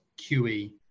QE